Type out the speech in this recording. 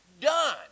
done